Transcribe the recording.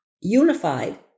unified